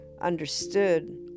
understood